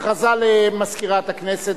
הכרזה למזכירת הכנסת.